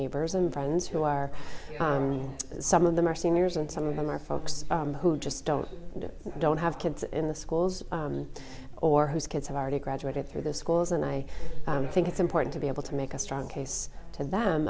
neighbors and friends who are some of them are seniors and some of them are folks who just don't don't have kids in the schools or whose kids have already graduated through their schools and i think it's important to be able to make a strong case to them